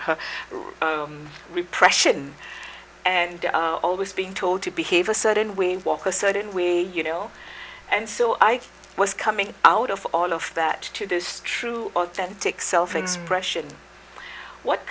her repression and always being told to behave a certain way and walk a certain way you know and so i was coming out of all of that to those true authentic self expression what